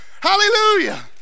hallelujah